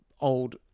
old